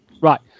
Right